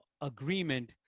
agreement